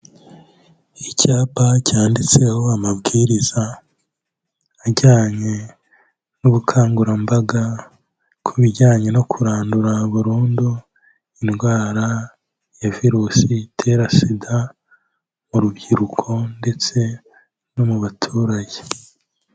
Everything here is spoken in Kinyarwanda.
Icyapa cyanditseho amabwiriza ajyanye n'ubukangurambaga ku bijyanye no kurandura burundu indwara ya virusi itera SIDA mu rubyiruko ndetse no mu baturage.